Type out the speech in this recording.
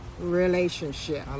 relationship